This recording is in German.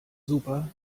super